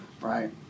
right